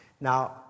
Now